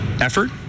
effort